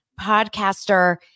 podcaster